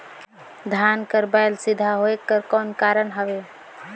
धान कर बायल सीधा होयक कर कौन कारण हवे?